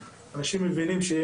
אנשים מבינים,